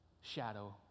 shadow